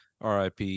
RIP